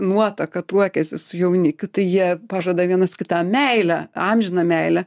nuotaka tuokiasi su jaunikiu tai jie pažada vienas kitam meilę amžiną meilę